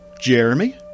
jeremy